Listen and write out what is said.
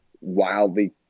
wildly